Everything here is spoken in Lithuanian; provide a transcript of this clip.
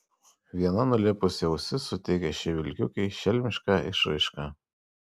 viena nulėpusi ausis suteikia šiai vilkiukei šelmišką išraišką